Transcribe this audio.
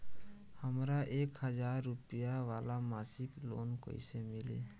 हमरा एक हज़ार रुपया वाला मासिक लोन कईसे मिली?